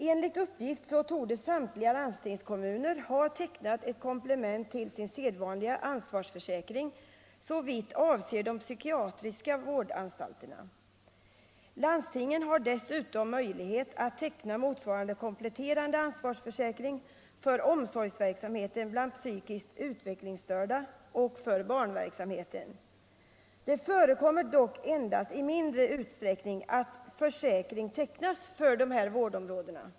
Enligt uppgift torde samtliga landstingskommuner ha tecknat ett komplement till sin sedvanliga ansvarsförsäkring såvitt avser de psykiatriska vårdanstalterna. Landstingen har dessutom möjlighet att teckna motsvarande kompletterande ansvarsförsäkring för omsorgsverksamheten bland psykiskt utvecklingsstörda och för barnverksamheten. Det förekommer dock endast i mindre utsträckning att försäkring tecknas för dessa vårdområden.